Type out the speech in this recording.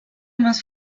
más